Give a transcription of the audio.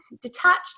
detached